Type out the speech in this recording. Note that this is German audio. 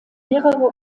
mehrere